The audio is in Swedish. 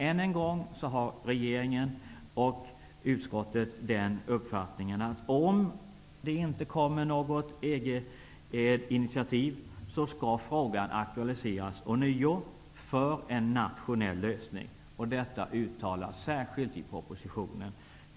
Än en gång är regeringens och utskottets uppfattning att om det inte kommer något EG initiativ, skall frågan aktualiseras ånyo för en nationell lösning. Detta uttalas särskilt i propositionen.